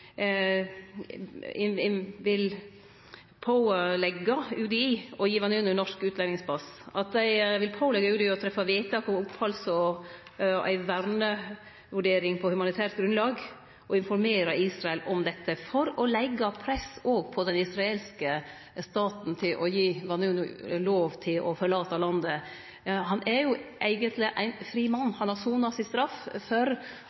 UDI å gi Vanunu norsk utlendingspass, at ho må påleggje UDI å gjere vedtak om opphald og gjere ei vernevurdering på humanitært grunnlag og informere Israel om dette, for å leggje press på den israelske staten til å gi Vanunu lov til å forlate landet. Han er eigentleg ein fri mann. Han har sona straffa si for